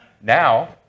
now